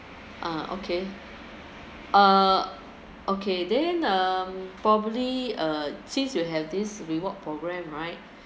ah okay uh okay then um probably uh since you have this reward program right